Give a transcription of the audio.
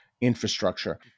infrastructure